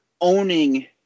owning